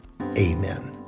Amen